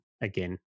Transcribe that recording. again